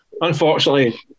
unfortunately